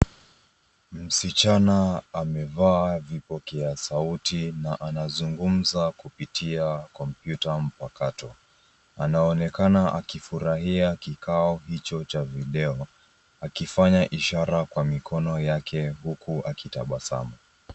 Msichana amevaa vipokea sauti na anazungumza kupitia kompyuta mpakato, anaonekana ankifurahia kikao hicho cha video akifanya ishara kwa mikono yake huku akitabasamu.